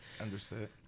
Understood